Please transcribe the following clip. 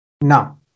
Now